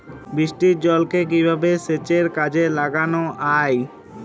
বৃষ্টির জলকে কিভাবে সেচের কাজে লাগানো য়ায়?